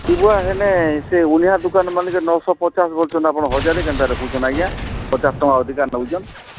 କିବା ହେନେ ସେ ଓଣିଆ ଦୋକାନ ମାନଙ୍କରେ ନଅଶହ ପଚାଶ ବୋଲୁଛନ୍ ଆପଣ ହଜାର କେନ୍ତା ରଖୁଛନ୍ ଆଜ୍ଞା ପଚାଶ ଟଙ୍କା ଅଧିକା ନେଉଛନ୍